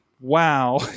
Wow